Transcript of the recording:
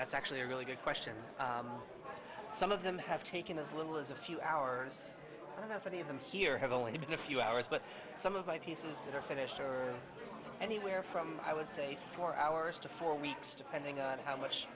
that's actually a really good question some of them have taken as little as a few hours i don't know if any of them here have only been a few hours but some of my pieces that are finished are anywhere from i would say four hours to four weeks depending on how much